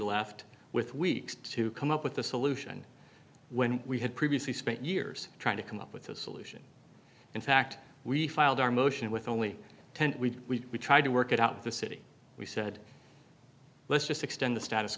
left with weeks to come up with the solution when we had previously spent years trying to come up with a solution in fact we filed our motion with only ten we tried to work it out of the city we said let's just extend the status